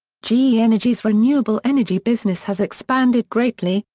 ge energy's renewable energy business has expanded greatly,